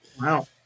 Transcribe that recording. Wow